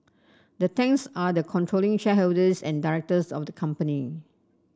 the Tangs are the controlling shareholders and directors of the company